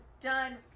done